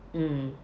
mm